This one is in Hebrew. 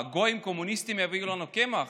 גויים קומוניסטים יביאו לנו קמח?